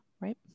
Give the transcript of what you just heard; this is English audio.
right